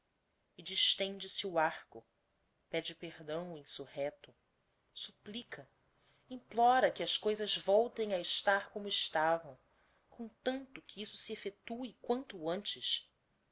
e distende se o arco pede perdão o insurrecto supplíca implora que as coisas voltem a estar como estavam comtanto que isso se effectue quanto antes